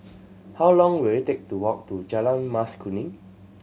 how long will it take to walk to Jalan Mas Kuning